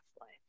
life